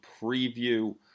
preview